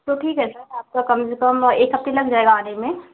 तो ठीक है सर आपका कम से कम एक हफ्ते लग जाएगा आने में